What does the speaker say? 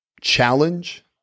challenge